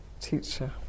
teacher